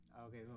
okay